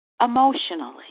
emotionally